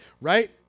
Right